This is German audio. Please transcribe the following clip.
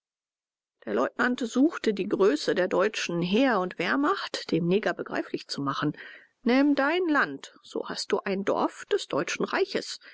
der leutnant suchte die größe der deutschen heer und wehrmacht dem neger begreiflich zu machen nimm dein land so hast du ein dorf des deutschen reiches